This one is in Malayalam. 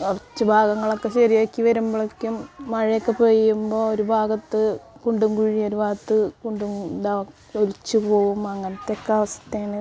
കുറച്ച് ഭാഗങ്ങളൊക്കെ ശെരിയാക്കി വരുമ്പോളേക്കും മഴയൊക്കെ പെയ്യുമ്പോൾ ഒരു ഭാഗത്ത് കുണ്ടും കുഴിയും ഒരു ഭാഗത്ത് കുണ്ടും ദാ ഒലിച്ച് പോകും അങ്ങനത്തെ ഒക്കെ അവസ്ഥയാണ്